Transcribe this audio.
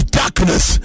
darkness